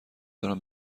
دارم